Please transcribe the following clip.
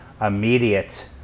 immediate